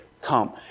come